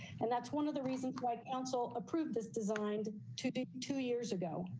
and that's one of the reasons why council approved this designed to be two years ago,